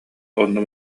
онно